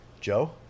Joe